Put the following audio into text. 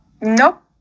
Nope